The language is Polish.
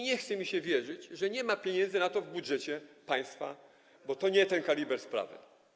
Nie chcę mi się wierzyć, że nie ma na to pieniędzy w budżecie państwa, bo to nie ten kaliber sprawy.